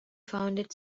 founded